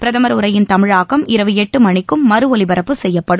பிரதமர் உரையின் தமிழாக்கம் இரவு எட்டு மணிக்கும் மறுஒலிபரப்பு செய்யப்படும்